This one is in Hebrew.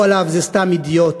אמרו עליו, זה סתם אידיוט,